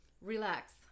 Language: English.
Relax